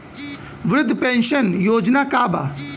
वृद्ध पेंशन योजना का बा?